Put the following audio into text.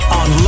on